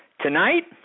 Tonight